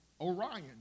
Orion